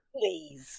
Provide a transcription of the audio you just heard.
please